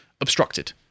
obstructed